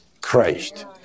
Christ